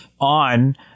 on